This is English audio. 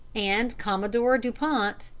and commodore dupont,